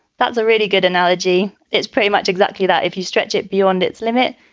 that's a really good analogy. it's pretty much exactly that. if you stretch it beyond its limit,